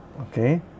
okay